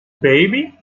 baby